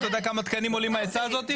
אתה יודע כמה תקנים עולים העצה הזאת?